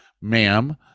Ma'am